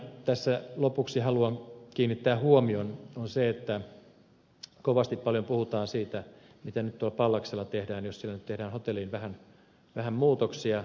yksi asia johon tässä lopuksi haluan kiinnittää huomion on se että kovasti paljon puhutaan siitä mitä nyt tuolla pallaksella tehdään jos sinne nyt tehdään hotelliin vähän muutoksia